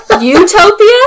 Utopia